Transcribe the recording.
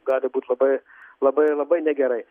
gali būt labai labai labai negerai